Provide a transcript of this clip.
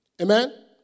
Amen